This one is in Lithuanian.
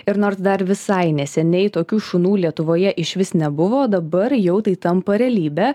ir nors dar visai neseniai tokių šunų lietuvoje išvis nebuvo dabar jau tai tampa realybe